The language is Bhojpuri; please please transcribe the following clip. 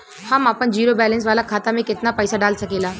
हम आपन जिरो बैलेंस वाला खाता मे केतना पईसा डाल सकेला?